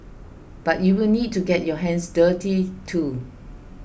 but you will need to get your hands dirty too